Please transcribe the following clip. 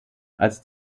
als